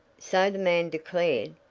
so the man declared.